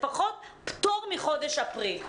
לפחות בפטור מחודש אפריל.